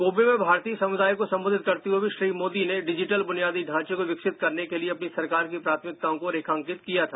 कोवे में भारतीय समुदाय को संबोधित करते हुए भी श्री मोदी ने डिजिटल बुनियादी ढांचे को विकसित करने के लिए अपनी सरकार की प्राथमिकताओं को रेखांकित किया था